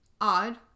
Odd